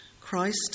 Christ